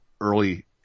early